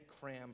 cram